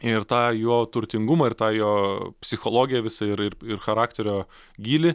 ir tą jo turtingumą ir tą jo psichologiją visą ir ir charakterio gylį